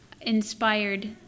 inspired